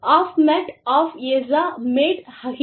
app மேட் ஆப் யேசா மேட் கஹியே